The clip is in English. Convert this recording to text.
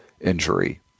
injury